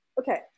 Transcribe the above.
Okay